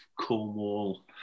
Cornwall